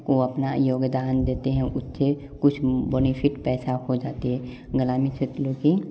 ओ अपना योगदान देते है उसे कुछ बोनिफिट पैसा हो जाती है ग्रामीण क्षेत्रों की